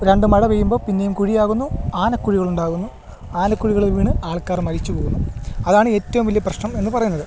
രണ്ട് മഴ പെയ്യുമ്പോൾ പിന്നേയും കുഴിയാകുന്നു ആനക്കുഴികളുണ്ടാകുന്നു ആനക്കുഴികളിൽ വീണ് ആൾക്കാർ മരിച്ച് പോവുന്നു അതാണ് ഏറ്റവും വലിയ പ്രശ്നം എന്ന് പറയുന്നത്